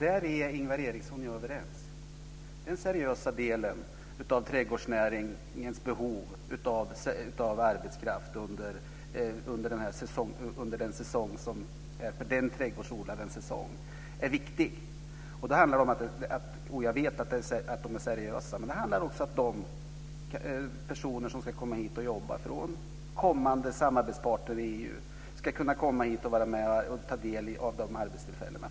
Fru talman! Där är Ingvar Eriksson och jag överens. Trädgårdsnäringens behov av seriös arbetskraft under säsongen är viktigt. Jag vet att de är seriösa. Det handlar också om att personer från kommande samarbetsparter i EU ska kunna komma hit och ta del av de arbetstillfällena.